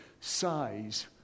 size